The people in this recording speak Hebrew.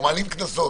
אנחנו מעלים קנסות,